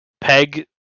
Peg